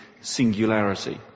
singularity